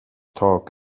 talk